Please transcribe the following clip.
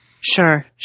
Sure